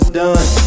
done